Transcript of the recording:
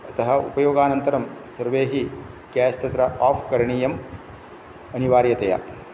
अतः उपयोगानन्तरं सर्वैः ग्यास् तत्र आफ् करणीयम् अनिवार्यतया